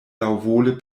laŭvole